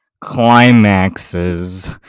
climaxes